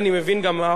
שיטת הזיכיונות,